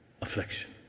Affliction